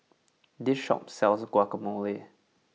this shop sells Guacamole